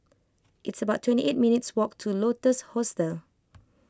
It's about twenty eight minutes walk to Lotus Hostel